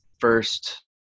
first